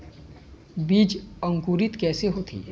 बीज अंकुरित कैसे होथे?